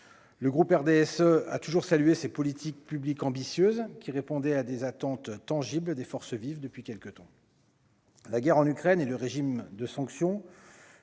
le groupe RDSE a toujours salué ces politiques publiques ambitieuses qui répondait à des attentes tangible des forces vives depuis quelques temps. La guerre en Ukraine et le régime de sanctions